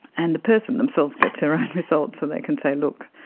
and the person themselves gets their own results, so they can say, look,